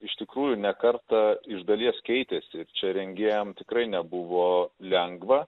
iš tikrųjų ne kartą iš dalies keitėsi ir čia rengėjam tikrai nebuvo lengva